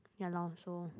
ya lor so